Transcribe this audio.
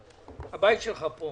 הבית שלך פה,